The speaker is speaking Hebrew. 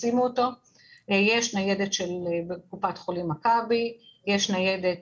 יש ניידת של קופת חולים מכבי, יש ניידת